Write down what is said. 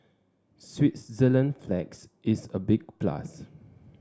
Switzerland flags is a big plus